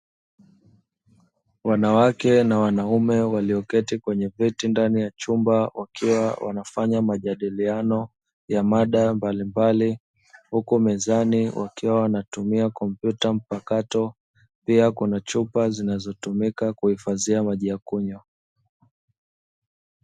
Wanawake na wanaume walioketi kwenye viti ndani ya chumba wakiwa wanafanya majadiliano ya mada mbalimbali, huku mezani wakiwa wanatumia kompyuta mpakato pia Kuna chupa zinazo tumika kuhifadhia maji ya kunywa.